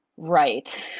right